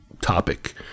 topic